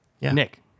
Nick